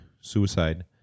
suicide